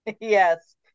yes